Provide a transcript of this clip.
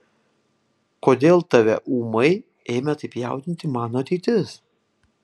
kodėl tave ūmai ėmė taip jaudinti mano ateitis